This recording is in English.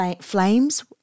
flames